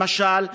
למשל,